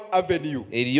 avenue